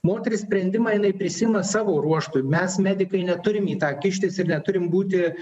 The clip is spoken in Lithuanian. moteris sprendimą jinai prisiima savo ruožtu mes medikai neturim į tą kištis ir neturim būti